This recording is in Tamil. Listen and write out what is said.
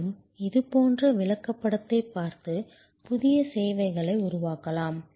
மேலும் இதுபோன்ற விளக்கப்படத்தைப் பார்த்து புதிய சேவைகளை உருவாக்கலாம்